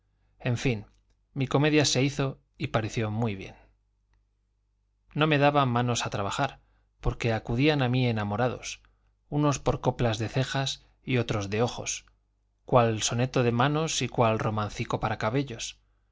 en fin mi comedia se hizo y pareció muy bien no me daba manos a trabajar porque acudían a mí enamorados unos por coplas de cejas y otros de ojos cuál soneto de manos y cuál romancico para cabellos